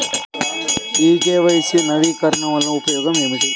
KYC నవీకరణ వలన ఉపయోగం ఏమిటీ?